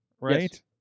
right